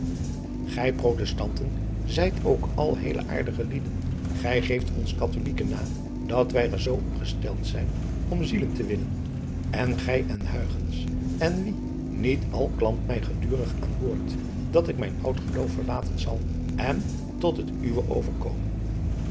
gij protestanten zijt ook al heele aardige lieden gij geeft ons katholijken na dat wij er zoo op gesteld zijn om zielen te winnen en gij en huighens en wie niet al klampt mij gedurig aan boord dat ik mijn oud geloof verlaten zal en tot het uwe overkomen